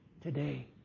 today